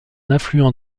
affluent